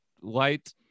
light